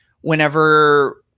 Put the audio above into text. whenever